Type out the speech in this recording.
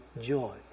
joy